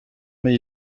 mais